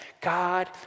God